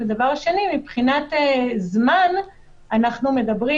הדבר השני, מבחינת זמן, אנחנו מדברים